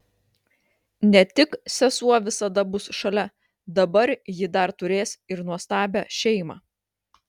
ne tik sesuo visada bus šalia dabar ji dar turės ir nuostabią šeimą